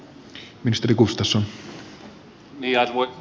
arvoisa puhemies